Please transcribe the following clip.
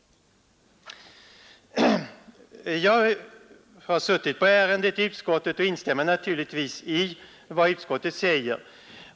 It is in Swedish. Jag har suttit på ärendet i utskottet och instämmer naturligtvis i vad utskottet skrivit.